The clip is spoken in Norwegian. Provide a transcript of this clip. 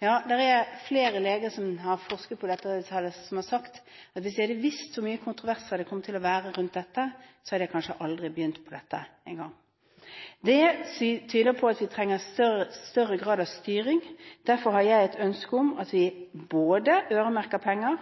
Ja, det er flere leger som har forsket på ME, som har sagt at hvis de hadde visst hvor mye kontroverser det kom til å være rundt dette, hadde de kanskje aldri begynt på det. Det tyder på at vi trenger større grad av styring. Derfor har jeg et ønske om at vi både øremerker penger,